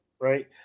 right